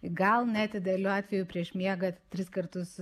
gal net idealiu atveju prieš miegą tris kartus